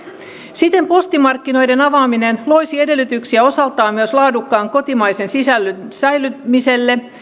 siten postimarkkinoiden avaaminen loisi edellytyksiä osaltaan myös laadukkaan kotimaisen sisällön säilymiselle